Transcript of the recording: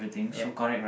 ya